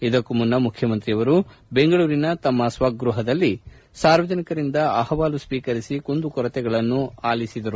ಇದಕ್ಕೂ ಮುನ್ನ ಮುಖ್ಯಮಂತ್ರಿಯವರು ಬೆಂಗಳೂರಿನ ತಮ್ಮ ಸ್ವಗೃಹದಲ್ಲಿ ಸಾರ್ವಜನಿಕರಿಂದ ಅಹವಾಲು ಸ್ವೀಕರಿಸಿ ಕುಂದುಕೊರತೆಗಳನ್ನು ಆಲಿಸಿದರು